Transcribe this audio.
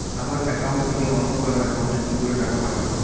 আমার একাউন্ট থেকে অন্য কারো একাউন্ট এ কি করে টাকা পাঠাবো?